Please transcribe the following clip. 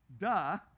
Duh